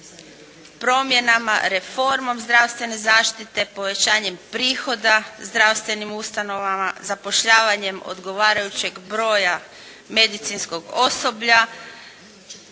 promjenama, reformom zdravstvene zaštite, povećanjem prihoda zdravstvenim ustanovama, zapošljavanjem odgovarajućeg broja medicinskog osoblja,